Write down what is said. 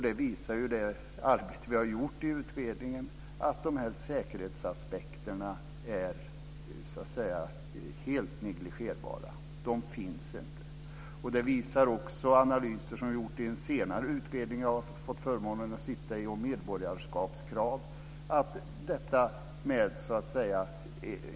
Det arbete vi har gjort i utredningen visar att de här säkerhetsaspekterna är helt negligerbara - de finns inte. Det visar också analyser som vi har gjort i en senare utredning, som jag har haft förmånen att sitta i, om medborgarskapskrav.